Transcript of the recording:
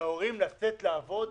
להורים לצאת לעבוד,